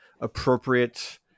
appropriate